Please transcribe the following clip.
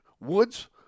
Woods